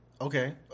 Okay